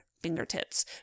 fingertips